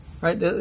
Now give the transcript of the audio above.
right